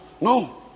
No